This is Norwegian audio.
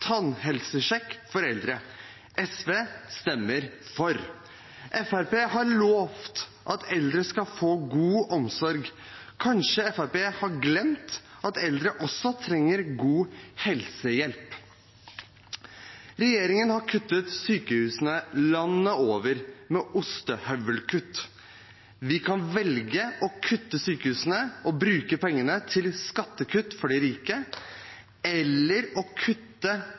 tannhelsesjekk for eldre. SV stemmer for. Fremskrittspartiet har lovt at eldre skal få god omsorg. Kanskje Fremskrittspartiet har glemt at eldre også trenger god helsehjelp? Regjeringen har kuttet til sykehusene landet over med ostehøvelkutt. Vi kan velge å kutte til sykehusene og bruke pengene til skattekutt for de rike, eller vi kan kutte